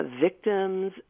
victims